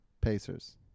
Pacers